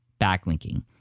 backlinking